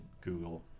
Google